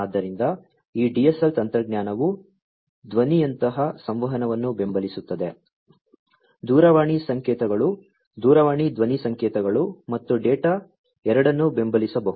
ಆದ್ದರಿಂದ ಈ DSL ತಂತ್ರಜ್ಞಾನವು ಧ್ವನಿಯಂತಹ ಸಂವಹನವನ್ನು ಬೆಂಬಲಿಸುತ್ತದೆ ದೂರವಾಣಿ ಸಂಕೇತಗಳು ದೂರವಾಣಿ ಧ್ವನಿ ಸಂಕೇತಗಳು ಮತ್ತು ಡೇಟಾ ಎರಡನ್ನೂ ಬೆಂಬಲಿಸಬಹುದು